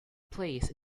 place